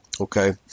Okay